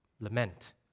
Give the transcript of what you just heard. lament